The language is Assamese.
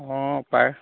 অঁ পায়